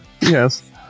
Yes